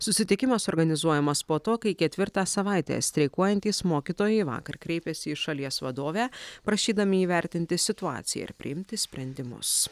susitikimas organizuojamas po to kai ketvirtą savaitę streikuojantys mokytojai vakar kreipėsi į šalies vadovę prašydami įvertinti situaciją ir priimti sprendimus